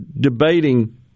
debating